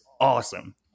awesome